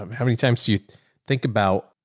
um how many times do you think about,